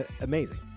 amazing